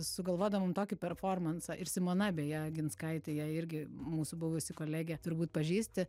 sugalvodavom tokį performansą ir simona beje oginskaitė ją irgi mūsų buvusi kolegė turbūt pažįsti